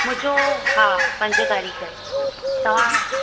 मुंहिंजो हा पंज तारीख़ तव्हां